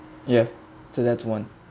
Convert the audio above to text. ya so that's one